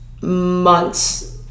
months